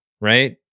right